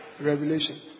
Revelation